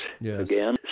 again